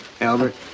Albert